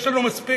יש לנו מספיק.